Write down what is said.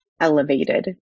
elevated